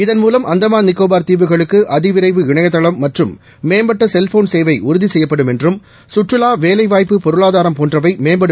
இதன்மூலம் அந்தமான் நிகோபார் தீவுகளுக்கு அதிவிரைவு இணையதளம் மற்றும் மேம்பட்ட செல்போன் சேவை உறுதி செய்யப்படும் என்றும் சுற்றுலா வேலைவாய்ப்பு பொருளாதாரம் போன்றவை மேம்படும்